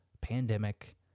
pandemic